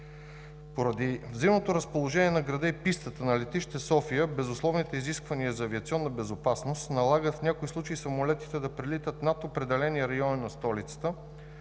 Поради взаимното разположение на града и пистата на летище София, безусловните изисквания за авиационна безопасност налагат в някои случаи самолетите да прелитат над определени райони на столицата,